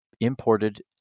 imported